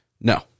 No